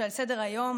שעל סדר-היום,